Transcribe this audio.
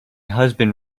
husband